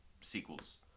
sequels